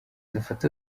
dufate